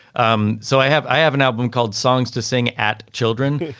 um so i have i have an album called songs to sing at children.